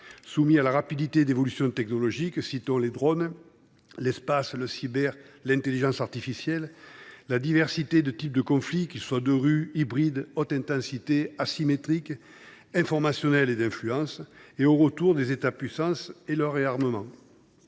soumis à la rapidité des évolutions technologiques – les drones, l’espace, le cyber, l’intelligence artificielle – à la diversité des types de conflits, qu’ils soient de rues, hybrides, de haute intensité, asymétriques, informationnels, et d’influence, ainsi qu’au retour des États puissances et du réarmement.